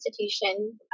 institution